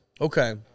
Okay